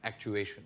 actuation